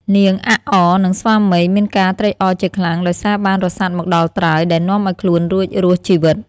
នាងអាក់អរ និង ស្វាមី មានការត្រេកអរជាខ្លាំងដោយសារបានរសាត់មកដល់ត្រើយ ដែលនាំឲ្យខ្លួនរួចរស់ជីវិត។